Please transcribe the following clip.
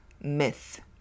myth